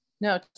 no